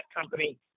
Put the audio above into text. company